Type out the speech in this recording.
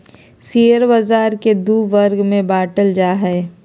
share बाज़ार के दू वर्ग में बांटल जा हइ